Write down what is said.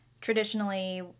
traditionally